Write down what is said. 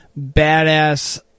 badass